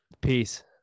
Peace